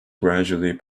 gradually